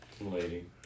Lady